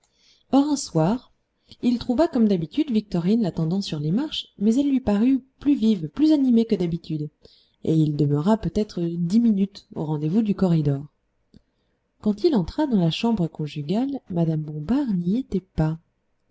un soir il trouva comme d'habitude victorine l'attendant sur les marches mais elle lui parut plus vive plus animée que d'habitude et il demeura peut-être dix minutes au rendez-vous du corridor quand il entra dans la chambre conjugale mme bombard n'y était pas